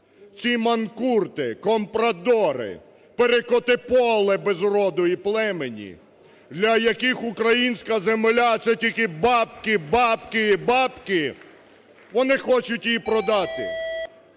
Ці манкурти, компрадори, перекотиполе без роду і племені, для яких українська земля – це тільки бабки, бабки і бабки, вони хочуть її продати.